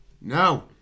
No